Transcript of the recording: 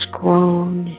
grown